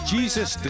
Jesus